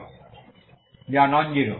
hxt nonzero